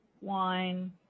wine